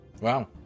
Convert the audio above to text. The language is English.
Wow